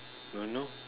don't know